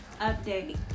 update